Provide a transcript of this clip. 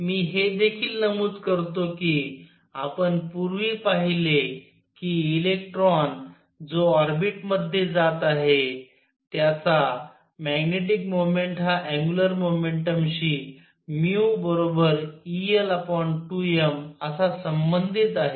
मी हे देखील नमूद करतो की आपण पूर्वी पाहिले की इलेक्ट्रॉन जो ऑर्बिट मध्ये जात आहे त्याचा मॅग्नेटिक मोमेन्ट हा अँग्युलर मोमेंटम शी μel2m असा संबंधीत आहे